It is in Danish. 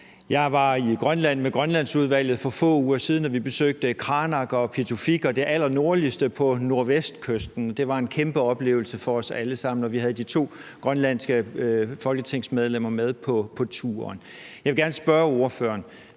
Jeg var i Grønland med Grønlandsudvalget for få uger siden, og vi besøgte Qaanaaq og Pituffik og det allernordligste på nordvestkysten. Det var en kæmpe oplevelse for os alle sammen, og vi havde de to grønlandske folketingsmedlemmer med på turen. Jeg vil gerne stille ordføreren